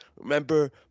remember